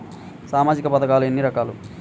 సామాజిక పథకాలు ఎన్ని రకాలు?